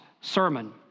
sermon